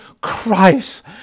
Christ